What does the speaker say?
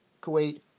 Kuwait